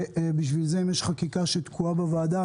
אם יש חקיקה שתקועה בוועדה,